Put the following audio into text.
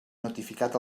notificat